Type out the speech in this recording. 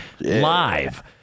Live